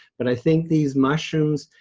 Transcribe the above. but i think these mushrooms,